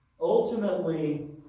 Ultimately